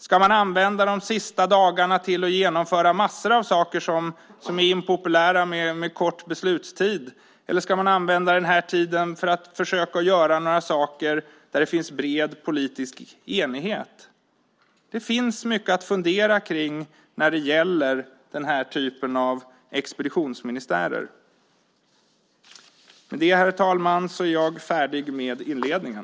Ska man använda de sista dagarna till att genomföra massor av saker som är impopulära med kort beslutstid eller ska man använda den här tiden till att försöka göra saker där det finns bred politisk enighet? Det finns mycket att fundera på när det gäller den här typen av expeditionsministärer. Med det, herr talman, är jag färdig med inledningen.